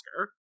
Oscar